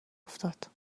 افتاد